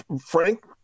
Frank